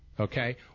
Okay